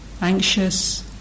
anxious